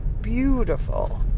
beautiful